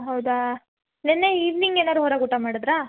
ಹೌದಾ ನೆನ್ನೆ ಈವ್ನಿಂಗ್ ಏನಾದ್ರೂ ಹೊರಗೆ ಊಟ ಮಾಡಿದ್ರಾ